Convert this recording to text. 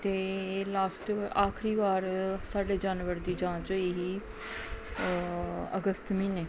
ਅਤੇ ਲਾਸਟ ਆਖਰੀ ਵਾਰ ਸਾਡੇ ਜਾਨਵਰ ਦੀ ਜਾਂਚ ਹੋਈ ਹੀ ਅਗਸਤ ਮਹੀਨੇ